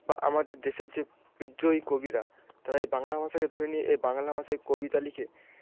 বা আমাদের দেশের যে বিদ্রোহী কবিরা তারা এই বাংলা ভাষাকে ধরে নিয়ে এই বাংলা ভাষায় কবিতা লিখে